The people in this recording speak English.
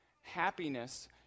happiness